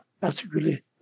particularly